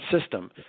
system